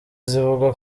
zivuga